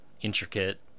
intricate